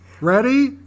Ready